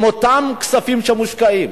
אם אותם כספים שמושקעים